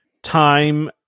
time